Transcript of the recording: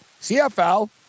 CFL